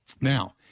Now